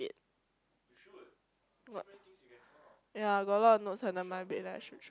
got yah got a lot of notes at the mind bed right I should throw